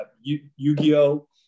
Yu-Gi-Oh